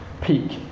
peak